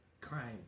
crime